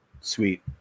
Sweet